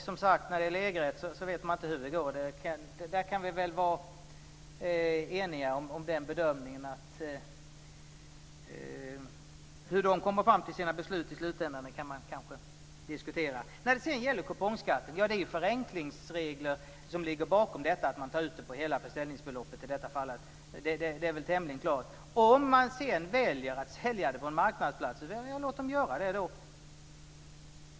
När det gäller EG-rätt vet man som sagt aldrig hur det går. Hur de kommer fram till sina beslut i slutändan kan man kanske diskutera; den bedömningen kan vi väl vara eniga om. Sedan gällde det kupongskatten. Det är ju förenklingsregler som ligger bakom att man tar ut det på hela försäljningsbeloppet i det här fallet. Det är väl tämligen klart. Om sedan några väljer att sälja på en marknadsplats - ja, låt dem göra det då.